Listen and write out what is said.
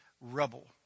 rubble